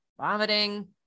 vomiting